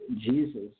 Jesus